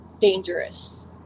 dangerous